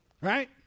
Right